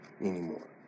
anymore